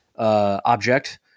Object